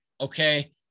okay